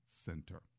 Center